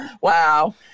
Wow